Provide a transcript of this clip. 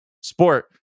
sport